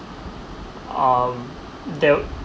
um they'll